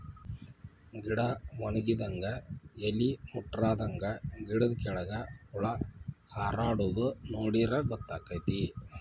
ಗಿಡಾ ವನಗಿದಂಗ ಎಲಿ ಮುಟ್ರಾದಂಗ ಗಿಡದ ಕೆಳ್ಗ ಹುಳಾ ಹಾರಾಡುದ ನೋಡಿರ ಗೊತ್ತಕೈತಿ